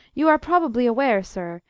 you are probably aware, sir,